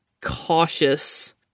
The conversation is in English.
cautious